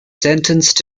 sentenced